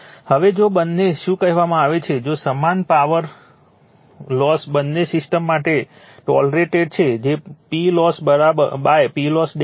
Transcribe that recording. જો હવે બંને શું કહેવામાં આવે છે જો સમાન પાવર લોસ બંને સિસ્ટમ માટે ટોલરેટેડ છે જે PLoss PLoss છે